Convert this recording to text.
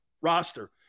roster